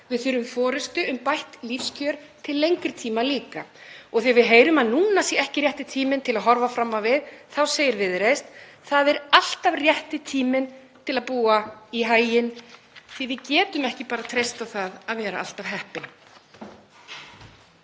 Við þurfum forystu um bætt lífskjör til lengri tíma líka. Og þegar við heyrum að núna sé ekki rétti tíminn til að horfa fram á við þá segir Viðreisn: Það er alltaf rétti tíminn til að búa í haginn því við getum ekki bara treyst á það að vera alltaf heppin.